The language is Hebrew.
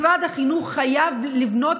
משרד החינוך חייב לבנות,